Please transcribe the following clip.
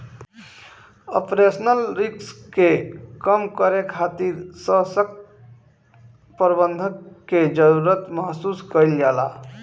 operational risk के कम करे खातिर ससक्त प्रबंधन के जरुरत महसूस कईल जाला